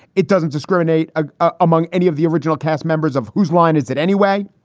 it doesn't discriminate ah ah among any of the original cast members of whose line is it anyway?